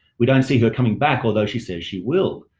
we don't see her coming back, although she says she will.